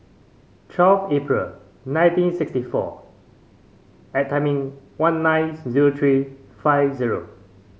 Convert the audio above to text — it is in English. twelve April nineteen sixty four one nine zero three five zero